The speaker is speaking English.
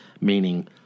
meaning